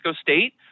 state